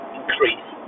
increase